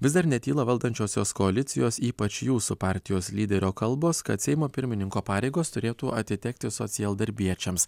vis dar netyla valdančiosios koalicijos ypač jūsų partijos lyderio kalbos kad seimo pirmininko pareigos turėtų atitekti socialdarbiečiams